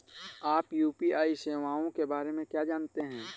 आप यू.पी.आई सेवाओं के बारे में क्या जानते हैं?